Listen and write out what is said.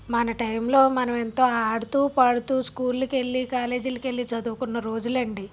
మన టైంలో మనం ఎంతో ఆడుతూ పాడుతూ స్కూల్కి వెళ్లి కాలేజీకి వెళ్లి చదువుకున్న రోజులండి